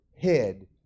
head